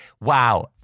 Wow